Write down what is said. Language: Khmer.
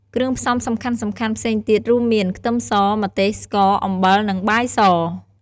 គ្រឿងផ្សំសំខាន់ៗផ្សេងទៀតរួមមាន ខ្ទឹមស ម្ទេស ស្ករ អំបិល និងបាយស។